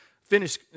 finish